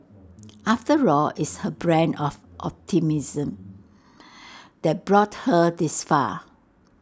after all it's her brand of optimism that brought her this far